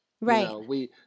Right